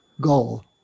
goal